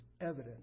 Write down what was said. evidence